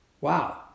Wow